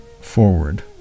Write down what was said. forward